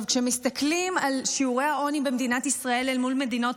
כשמסתכלים על שיעורי העוני במדינת ישראל אל מול מדינות